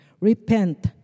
Repent